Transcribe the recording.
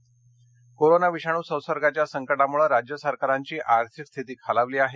reserve bank corona विषाणू संसर्गाच्या संक मुळे राज्य सरकारांची आर्थिक स्थिती खालावली आहे